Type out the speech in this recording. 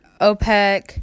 OPEC